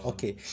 Okay